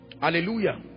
Hallelujah